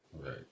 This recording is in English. right